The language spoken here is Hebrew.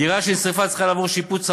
דירה שנשרפה צריכה לעבור שיפוץ עמוק.